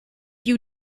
you